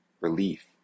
relief